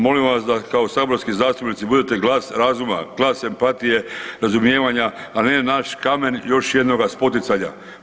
Molimo vas da kao saborski zastupnici budete glas razuma, glas empatije, razumijevanja, a ne naš kamen još jednoga spoticana.